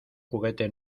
juguete